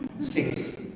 Six